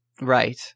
Right